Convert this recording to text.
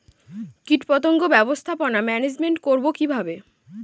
কীটপতঙ্গ ব্যবস্থাপনা ম্যানেজমেন্ট করব কিভাবে?